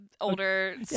older